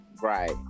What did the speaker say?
Right